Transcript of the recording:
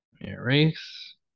erase